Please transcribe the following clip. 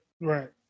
Right